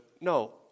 no